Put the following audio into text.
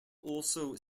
also